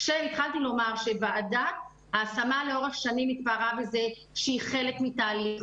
התחלתי לומר שלאורך שנים ההשמה התפארה שהיא חלק מתהליך,